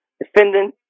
defendant